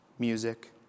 Music